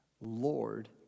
Lord